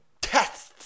tests